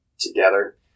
together